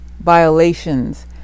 violations